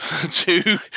two